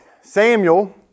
Samuel